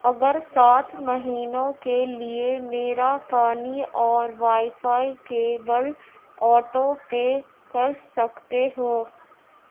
اگر سات مہینوں کے لیے میرا پانی اور wifi cable auto pay کر سکتے ہو